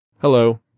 Hello